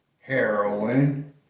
heroin